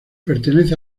pertenece